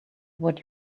what